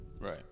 right